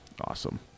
Awesome